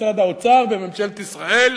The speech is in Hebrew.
משרד האוצר וממשלת ישראל,